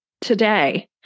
today